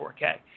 4K